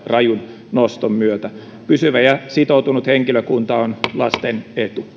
rajun noston myötä pysyvä ja sitoutunut henkilökunta on lasten